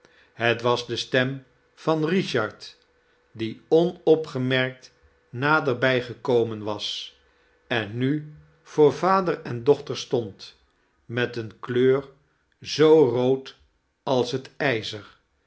het was de stem van richard die onopgemerkt naderbij gekomen was en nu voor vader en dochter stond met eene kleur zoo rood als liet ijzer